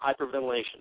hyperventilation